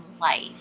life